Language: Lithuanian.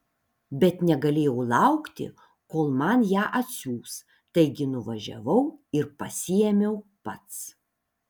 bet negalėjau laukti kol man ją atsiųs taigi nuvažiavau ir pasiėmiau pats